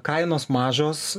kainos mažos